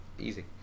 easy